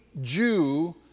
Jew